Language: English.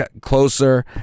closer